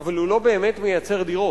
אבל הוא לא באמת מייצר דירות.